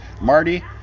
Marty